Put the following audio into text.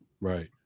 Right